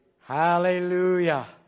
Hallelujah